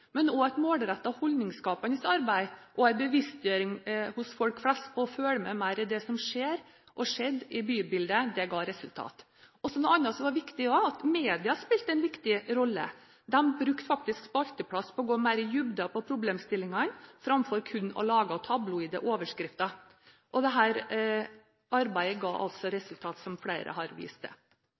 men også et målrettet holdningsskapende arbeid og en bevisstgjøring hos folk flest på å følge mer med i det som skjer i bybildet, ga resultat. Noe annet var at også media spilte en viktig rolle. De brukte faktisk spalteplass på å gå mer i dybden på problemstillingene framfor kun å lage tabloide overskrifter. Dette arbeidet ga altså resultat, som flere har vist til.